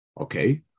okay